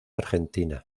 argentina